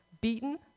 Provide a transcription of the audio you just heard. beaten